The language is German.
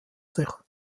sich